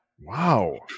Wow